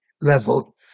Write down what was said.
level